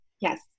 yes